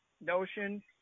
notion